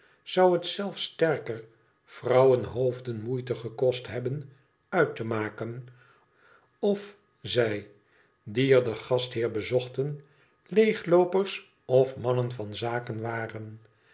zou het zelfs sterker vrouwenhoofden moeite gekost hebben uit te maken of zij die er den gastheer bezochten leegloopers of mannen van zaken waren